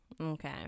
Okay